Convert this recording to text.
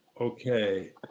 Okay